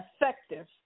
effective